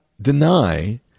deny